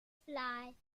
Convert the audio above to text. fly